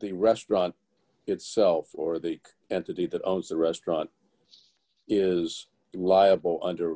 the restaurant itself or the entity that owns the restaurant is liable under